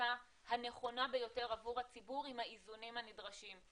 ההחלטה הנכונה ביותר עבור הציבור עם האיזונים הנדרשים.